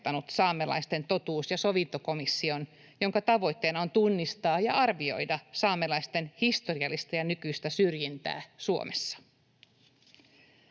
saamelaisten totuus‑ ja sovintokomission, jonka tavoitteena on tunnistaa ja arvioida saamelaisten historiallista ja nykyistä syrjintää Suomessa.